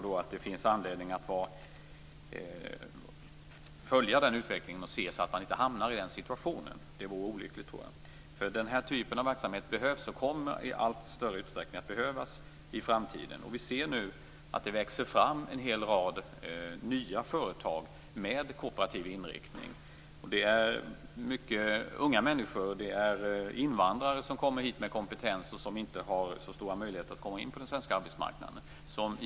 Det finns anledning att följa den utvecklingen, så att den situationen inte uppstår. Det vore olyckligt. Den här typen av verksamhet behövs och kommer i framtiden i allt större utsträckning att behövas. Vi ser nu att det växer fram en hel rad nya företag med kooperativ inriktning. De som startat dessa företag är i hög grad unga människor och invandrare med kompetens, som inte har så stora möjligheter att komma in på den svenska arbetsmarknaden.